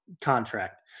contract